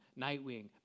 Nightwing